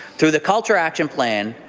through the culture action plan,